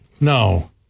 No